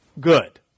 good